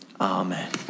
Amen